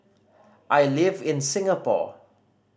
I live in Singapore